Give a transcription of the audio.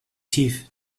teeth